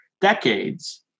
decades